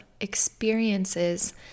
experiences